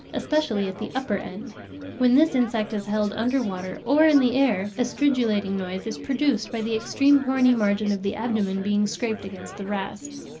especially at the upper end when this insect is held under water or in the air, a stridulating noise is produced by the extreme horny margin of the abdomen being scraped against the rasps.